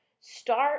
start